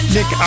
Nick